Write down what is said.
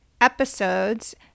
episodes